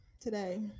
today